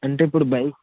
అంటే ఇప్పుడు బైక్